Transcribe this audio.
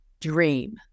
dream